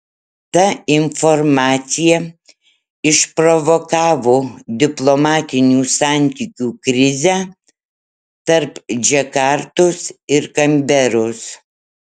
ta informacija išprovokavo diplomatinių santykių krizę tarp džakartos ir kanberos